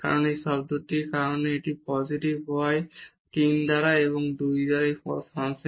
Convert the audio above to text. কারণ এই শব্দটির এখানে ডেল্টা x এবং পসিটিভ পাওয়ার 3 দ্বারা 2 এবং এটি সীমাবদ্ধ ফাংশন